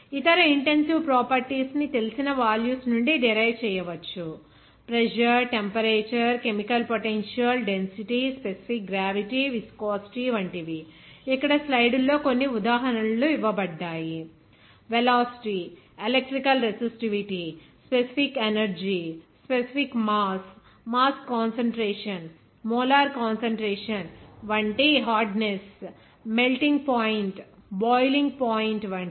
ఇతర intensive properties ని తెలిసిన వాల్యూస్ నుండి డిరైవ్ చేయవచ్చు pressure temperature chemical potential density specific gravity viscosity వంటివి ఇక్కడ స్లైడ్స్ లో కొన్ని ఉదాహరణలు ఇవ్వబడ్డాయి velocity electrical resistivity specific energy specific mass mass concentration molar concentration వంటి hardness melting point boiling point వంటివి